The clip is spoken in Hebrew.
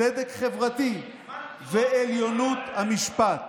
צדק חברתי ועליונות המשפט".